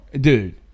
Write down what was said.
Dude